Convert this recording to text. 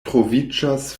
troviĝas